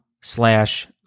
slash